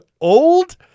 old